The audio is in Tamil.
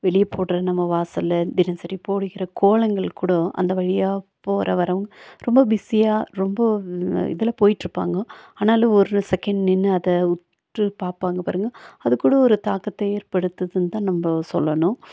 வெளியே போடுற நம்ம வாசல்ல தினசரி போடுகிற கோலங்கள் கூடம் அந்த வழியாக போகிற வரவங்கள் ரொம்ப பிஸியாக ரொம்ப இதில் போய்கிட்டுருப்பாங்க ஆனாலும் ஒரு செகண்ட் நின்று அதை உற்று பார்ப்பாங்க பாருங்கள் அதுக்கூட ஒரு தாக்கத்தை ஏற்படுத்துதுன்னு தான் நம்ம சொல்லணும்